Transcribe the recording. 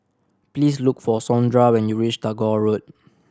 please look for Saundra when you reach Tagore Road